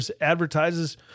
advertises